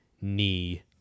knee